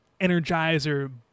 energizer